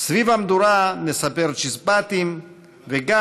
סביב המדורה נספר "צ'יזבטים"; גם